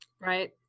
Right